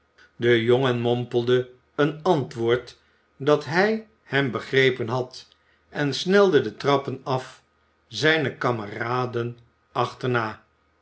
de jongen mompelde een antwoord dat hij hem begrepen had en snelde de trappen af zijne kameraden achterna